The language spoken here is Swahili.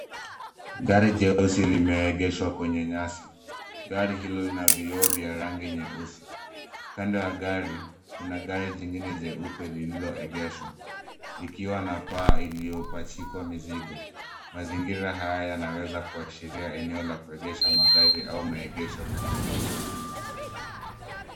Gari jeusi limeegeshwa kwenye nyasi. Gari hilo lina vioo vya rangi nyeusi. Kando ya gari, kuna gari jingine jeupe liloegeshwa, likiwa na paa iliopachikwa mizigo. Mazingira haya yanaweza kuashiria eneo la kuegesha magari au maegesho katika bustani.